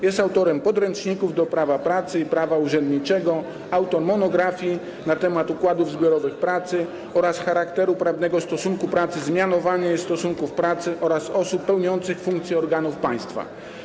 Jest autorem podręczników do prawa pracy i prawa urzędniczego oraz monografii na temat układów zbiorowych pracy oraz charakteru prawnego stosunku pracy z mianowania i stosunków pracy osób pełniących funkcje organów państwa.